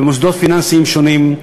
במוסדות פיננסיים שונים.